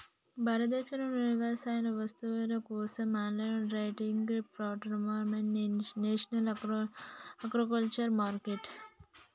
భారతదేశంలోని వ్యవసాయ వస్తువుల కోసం ఆన్లైన్ ట్రేడింగ్ ప్లాట్ఫారమే నేషనల్ అగ్రికల్చర్ మార్కెట్